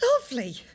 Lovely